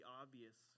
obvious